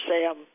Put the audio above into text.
Sam